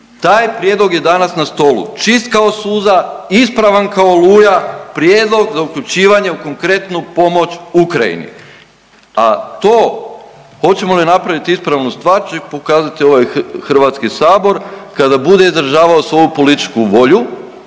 taj prijedlog je danas na stolu čist kao suza, ispravan kao oluja, prijedlog za uključivanje u konkretnu pomoć Ukrajini. A to hoćemo li napraviti ispravnu stvar će pokazati ovaj Hrvatski sabor kada bude izražavao svoju političku volju